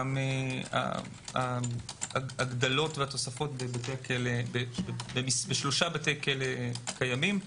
גם הגדלות ותוספות בשלושה בתי כלא קיימים.